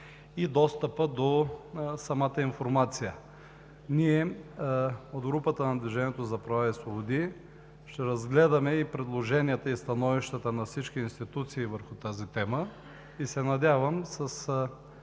и достъпа до самата информация. От „Движението за права и свободи“ ще разгледаме предложенията и становищата на всички институции по тази тема и се надявам с